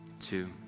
two